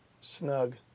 Snug